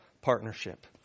partnership